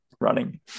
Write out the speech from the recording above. running